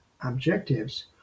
objectives